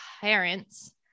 parents